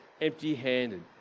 empty-handed